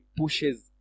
pushes